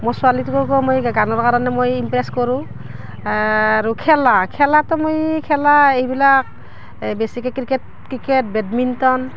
মোৰ ছোৱালীটোতোকো মই গানৰ কাৰণে মই ইমপ্ৰেছ কৰোঁ আৰু খেলা খেলাটো মই খেলা এইবিলাক এই বেছিকৈ ক্ৰিকেট ক্ৰিকেট বেডমিণ্টন